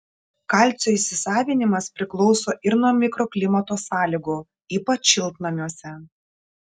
kalcio įsisavinimas priklauso ir nuo mikroklimato sąlygų ypač šiltnamiuose